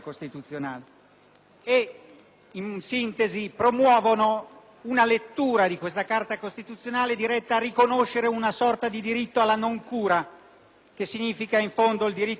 In sintesi, promuovono una lettura della Carta costituzionale diretta a riconoscere una sorta di diritto alla non cura, che significa in fondo il diritto di morire.